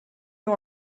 you